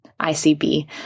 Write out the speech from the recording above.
ICB